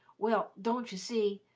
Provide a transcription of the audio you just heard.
well, don't you see,